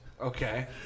Okay